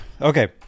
Okay